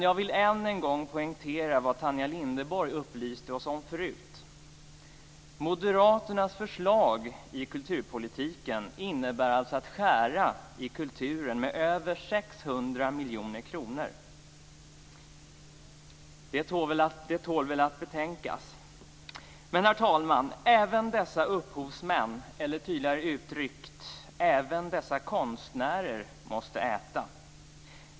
Jag vill dock poängtera vad Tanja Linderborg tidigare upplyste oss om, nämligen att moderaternas förslag i kulturpolitiken innebär att man vill skära i medlen till kulturen med över 600 miljoner kronor. Det tål att betänka. Herr talman! Även dessa upphovsmän - eller tydligare uttryckt: dessa konstnärer - måste äta.